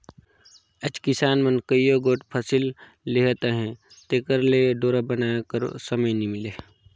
आएज किसान मन कइयो गोट फसिल लेहत अहे तेकर ले डोरा बनाए कर समे नी मिले